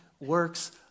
works